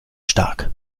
stark